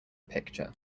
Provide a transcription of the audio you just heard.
picture